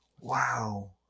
Wow